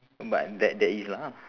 but there there is lah